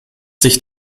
sich